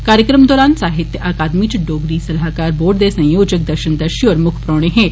कार्यक्रम दौरान साहित्यक अकादमी च डोगरी सलाहकार बोर्ड दे संयोजक दर्शन दर्शी होर मुक्ख परौहने हे